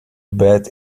bad